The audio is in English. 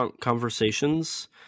conversations